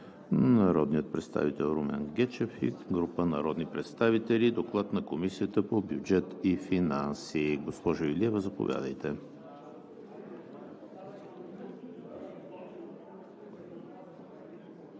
народният представител Румен Гечев и група народни представители. Доклад на Комисията по бюджет и финанси – госпожо Илиева, заповядайте.